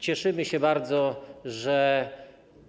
Cieszymy się bardzo, że